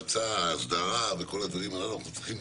המועצה, האסדרה, וכל הדברים הללו, אנחנו צריכים.